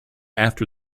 after